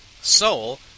soul